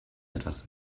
etwas